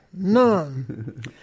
none